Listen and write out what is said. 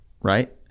right